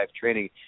training